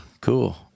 Cool